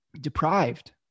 deprived